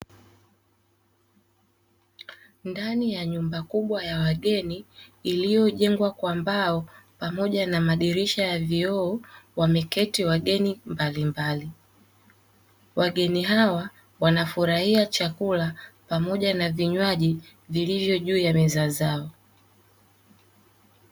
Ndani ya nyumba kubwa ya wageni iliyojengwa kwa mbao, pamoja na madirisha ya vioo, wameketi wageni mbalimbali. Wageni hawa wanafurahia chakula pamoja na vinywaji vilivyo juu ya meza zao.